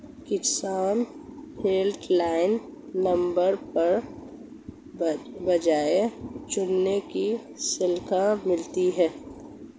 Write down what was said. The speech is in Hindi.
किसान हेल्पलाइन नंबर पर बीज चुनने की सलाह मिलती है